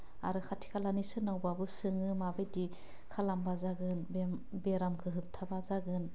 आरो खाथि खालानि सोरनावबाबो सोङो माबायदि खालामबा जागोन बे बेरामखौ होबथाबा जोगोन